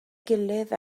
gilydd